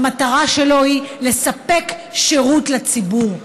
המטרה שלו היא לספק שירות לציבור,